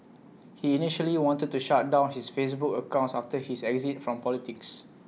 he initially wanted to shut down his Facebook accounts after his exit from politics